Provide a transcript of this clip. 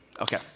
Okay